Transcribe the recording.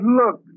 look